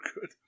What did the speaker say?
good